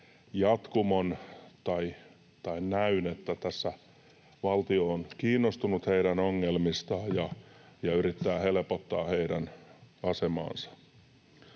jatkumon tai näyn, että valtio on kiinnostunut heidän ongelmistaan ja yrittää helpottaa heidän asemaansa.